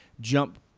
jump